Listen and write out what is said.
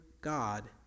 God